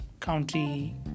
County